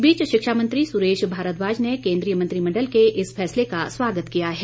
इस बीच शिक्षा मंत्री सुरेश भारद्वाज ने केंद्रीय मंत्रिमंडल के इस फैसले का स्वागत किया है